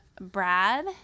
brad